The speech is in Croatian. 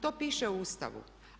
To piše u Ustavu.